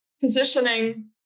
positioning